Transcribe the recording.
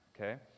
Okay